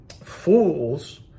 Fools